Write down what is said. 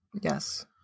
yes